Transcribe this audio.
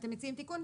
אתם מציעים תיקון?